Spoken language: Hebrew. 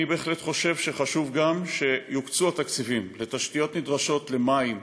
אני בהחלט חושב שחשוב גם שיוקצו התקציבים לתשתיות נדרשות למים,